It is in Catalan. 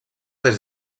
des